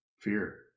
Fear